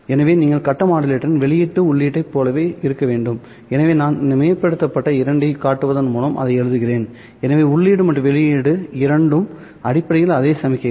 எனவே கீழ் கட்ட மாடுலேட்டரின் வெளியீடு உள்ளீட்டைப் போலவே இருக்க வேண்டும் எனவே நான் இந்த மிகைப்படுத்தப்பட்ட இரண்டையும் காட்டுவதன் மூலம் அதை எழுதுகிறேன் எனவே உள்ளீடு மற்றும் வெளியீடு இரண்டும் அடிப்படையில் அதே சமிக்ஞைகள்